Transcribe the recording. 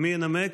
מי ינמק